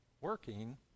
working